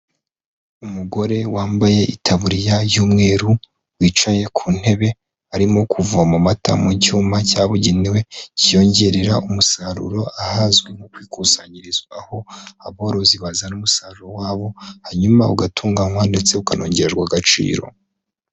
Umugore wambaye itaburiya y'umweru wicaye ku ntebe arimo kuvoma amata mu cyuma cyabugenewe, cyiyongerera umusaruro ahazwi nko kwikusanyirizwa aho aborozi bazana umusaruro wabo hanyuma ugatunganywa ndetse ukanongererwa agaciro.